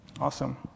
Awesome